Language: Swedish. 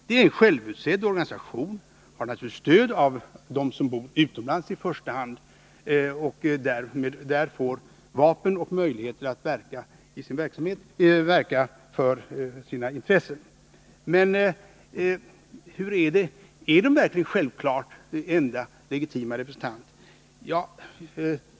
Det är en självutsedd organisation, som naturligtvis i första hand har stöd av dem som bor utomlands och där får vapen och har möjligheter att verka för sina intressen. Men är det verkligen självklart att PLO är den enda legitima representanten?